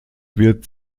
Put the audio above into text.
wird